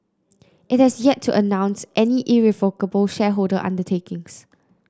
it has yet to announce any irrevocable shareholder undertakings